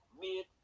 mid